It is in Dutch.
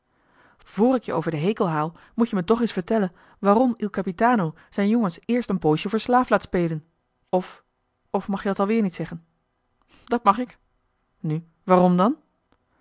vr ik je over den hekel haal moet-je me toch eens vertellen waarom il capitano zijn jongens eerst een poosje voor slaaf laat spelen of of mag je dat alweer niet zeggen dat mag ik nu waarom dan